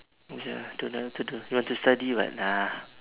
ya to the to the you want to study what ah